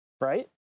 right